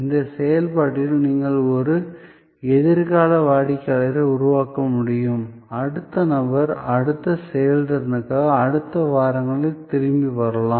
இந்த செயல்பாட்டில் நீங்கள் ஒரு எதிர்கால வாடிக்கையாளரை உருவாக்க முடியும் அடுத்த நபர் அடுத்த செயல்திறனுக்காக அடுத்த வாரங்களில் திரும்பி வரலாம்